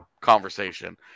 conversation